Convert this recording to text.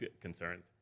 concerned